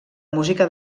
música